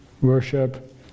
worship